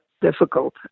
difficult